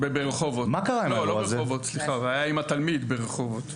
עם התלמיד ברחובות.